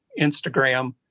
Instagram